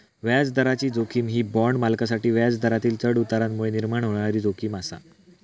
व्याजदराची जोखीम ही बाँड मालकांसाठी व्याजदरातील चढउतारांमुळे निर्माण होणारी जोखीम आसा